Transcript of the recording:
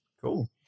Cool